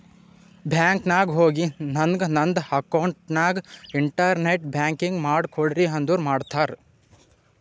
bank ನಾಗ್ ಹೋಗಿ ನಂಗ್ ನಂದ ಅಕೌಂಟ್ಗ ಇಂಟರ್ನೆಟ್ ಬ್ಯಾಂಕಿಂಗ್ ಮಾಡ್ ಕೊಡ್ರಿ ಅಂದುರ್ ಮಾಡ್ತಾರ್